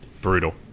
brutal